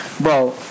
Bro